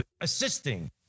Assisting